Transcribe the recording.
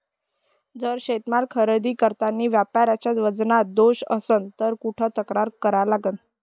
जर शेतीमाल खरेदी करतांनी व्यापाऱ्याच्या वजनात दोष असन त कुठ तक्रार करा लागन?